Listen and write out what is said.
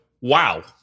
wow